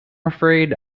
afraid